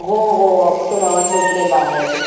हो हो तिथं गावात भेटलेला आहे